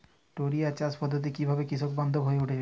টোরিয়া চাষ পদ্ধতি কিভাবে কৃষকবান্ধব হয়ে উঠেছে?